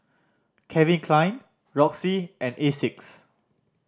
Calvin Klein Roxy and Asics